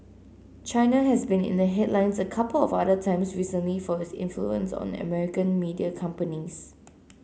China has been in the headlines a couple of other times recently for its influence on American media companies